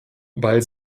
weil